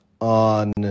on